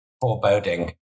foreboding